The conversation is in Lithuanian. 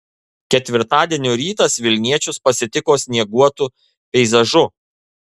ketvirtadienio rytas vilniečius pasitiko snieguotu peizažu